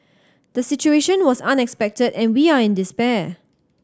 the situation was unexpected and we are in despair